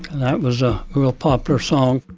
that was a real popular song.